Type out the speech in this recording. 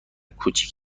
کوچک